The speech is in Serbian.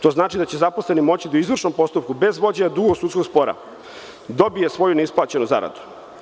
To znači da će zaposleni moći da u izvršnom postupku bez vođenja dugog sudskog spora dobije svoju neisplaćenu zaradu.